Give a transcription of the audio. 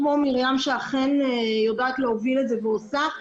אין כמו מרים שאכן יודעת להוביל את זה ועושה,